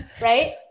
right